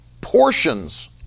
portions